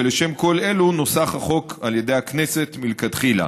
ולשם כל אלו נוסח החוק על ידי הכנסת מלכתחילה.